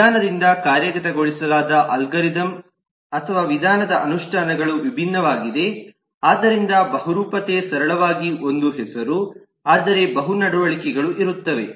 ವಿಧಾನದಿಂದ ಕಾರ್ಯಗತಗೊಳಿಸಲಾದ ಅಲ್ಗಾರಿದಮ್ ಅಥವಾ ವಿಧಾನದ ಅನುಷ್ಠಾಗಳು ವಿಭಿನ್ನವಾಗಿದೆ ಆದ್ದರಿಂದ ಬಹುರೂಪತೆ ಸರಳವಾಗಿ ಒಂದು ಹೆಸರು ಆದರೆ ಬಹು ನಡವಳಿಕೆಗಳು ಇರುತ್ತವೆ